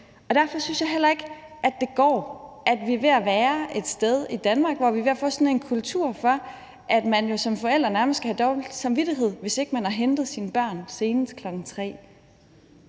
Derfor synes jeg heller ikke, at det går, at vi er ved at være et sted i Danmark, hvor vi er ved at få sådan en kultur for, at man jo som forælder nærmest skal have dårlig samvittighed, hvis ikke man har hentet sine børn senest kl.